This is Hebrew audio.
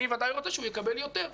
יקבל יותר.